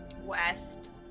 west